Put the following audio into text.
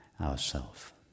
ourself